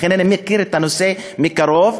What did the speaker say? לכן אני מכיר את הנושא מקרוב.